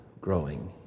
growing